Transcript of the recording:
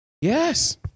Yes